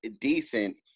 decent